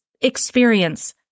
experience